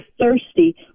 thirsty